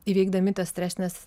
įveikdami tas stresines